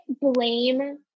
blame